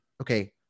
okay